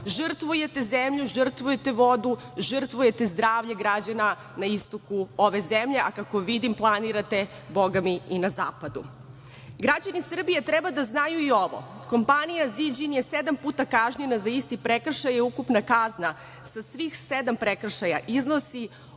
žrtvujete zemlju, žrtvujete vodu, žrtvujete zdravlje građana na istoku ove zemlje, a kako vidim planirate Bogami i na zapadu. Građani Srbije treba da znaju i ovo kompanija „Ziđin“ je sedam puta kažnjena za isti prekršaj i ukupna kazna sa svih sedam prekršaja iznosi